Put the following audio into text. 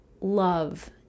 love